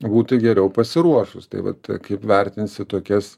būti geriau pasiruošus tai vat kaip vertinsi tokias